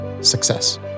success